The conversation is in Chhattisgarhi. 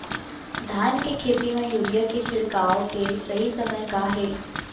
धान के खेती मा यूरिया के छिड़काओ के सही समय का हे?